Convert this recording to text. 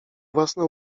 własne